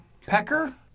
Pecker